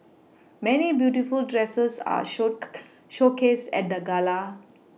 many beautiful dresses were show showcased at the gala